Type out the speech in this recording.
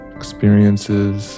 experiences